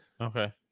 okay